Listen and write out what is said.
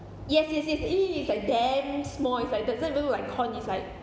yes yes yes the 一粒一粒 is like damn small it's like doesn't look like corn it's like